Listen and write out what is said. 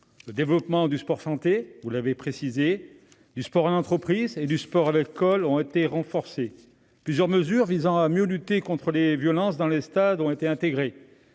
Le développement du sport-santé, du sport en entreprise et du sport à l'école a été renforcé. Plusieurs mesures visant à mieux lutter contre les violences dans les stades ont été intégrées.